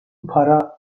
para